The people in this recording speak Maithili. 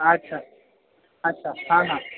अच्छा अच्छा हाँ हाँ